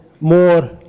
more